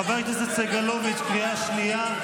חבר הכנסת סגלוביץ', קריאה שנייה.